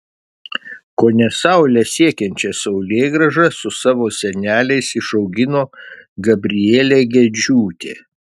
kone saulę siekiančią saulėgrąžą su savo seneliais išaugino gabrielė gedžiūtė